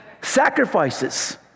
sacrifices